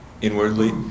inwardly